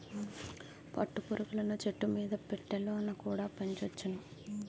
పట్టు పురుగులను చెట్టుమీద పెట్టెలలోన కుడా పెంచొచ్చును